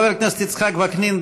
חבר הכנסת יצחק וקנין,